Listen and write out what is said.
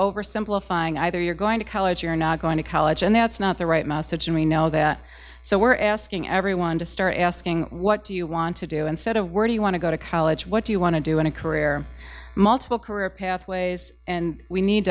oversimplifying either you're going to college you're not going to college and that's not the right message and we know that so we're asking everyone to start asking what do you want to do and set a word you want to go to college what do you want to do in a career multiple career pathways and we need